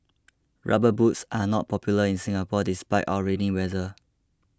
rubber boots are not popular in Singapore despite our rainy weather